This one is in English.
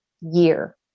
year